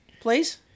Please